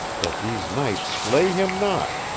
that these knights slay him not,